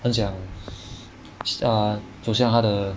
很想 err 走向他的